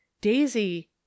daisy